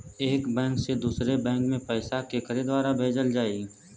एक बैंक से दूसरे बैंक मे पैसा केकरे द्वारा भेजल जाई?